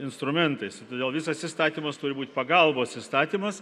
instrumentais todėl visas įstatymas turi būti pagalbos įstatymas